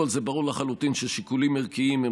זה ברור לחלוטין ששיקולים ערכיים הם